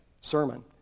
sermon